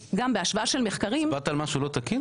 דיברת על משהו לא תקין?